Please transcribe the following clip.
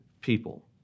people